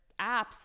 apps